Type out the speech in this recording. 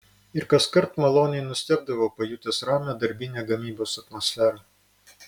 ir kaskart maloniai nustebdavau pajutęs ramią darbinę gamybos atmosferą